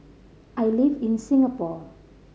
I live in Singapore